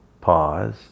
pause